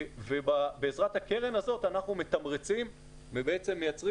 בעזרת הקרן הזאת אנחנו מתמרצים ובעצם מייצרים